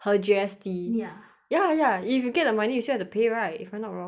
her G_S_T ya ya ya if you get the money you have to pay right if I'm not wrong